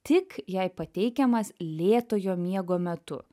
tik jei pateikiamas lėtojo miego metu